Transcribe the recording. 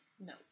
No